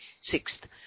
Sixth